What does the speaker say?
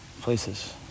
places